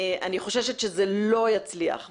אני חוששת שזה לא יצליח.